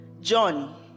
John